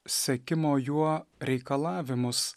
sekimo juo reikalavimus